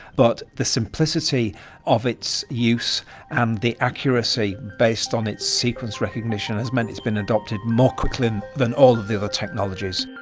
but the simplicity of its use and the accuracy based on its sequence recognition has meant it's been adopted more quickly than all of the other technologies.